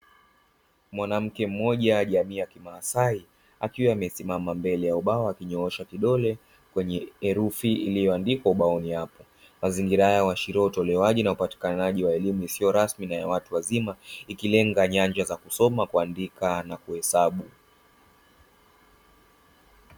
Mwanamke mmoja jamii ya kimasai akiwa amesimama mbele ya ubao akinyoosha kidole kwenye herufi iliyoandikwa ubaoni hapo. Mazingira haya huashiria utolewaji na upatikanaji wa elimu isiyo rasmi na ya watu wazima ikilenga nyanja za kusoma, kuandika na kuhesabu.